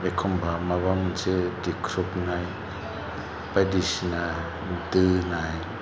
एखमबा माबा मोनसे दिख्रुबनाय बायदिसिना दोनाय